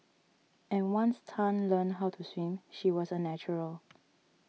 and once Tan learnt how to swim she was a natural